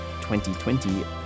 2020